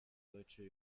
deutsche